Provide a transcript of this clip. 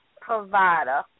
provider